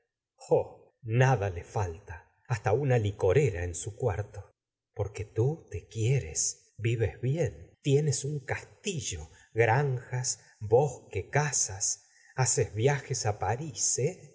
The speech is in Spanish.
da le falta hasta una licorera en su cuarto porque tú te quieres vives bien tienes un castillo granjas bosque cazas haces viajes á pa rís eh